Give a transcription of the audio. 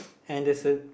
and there's a